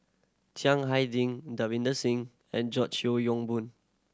Chiang Hai Ding Davinder Singh and George Yeo Yong Boon